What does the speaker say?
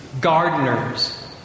gardeners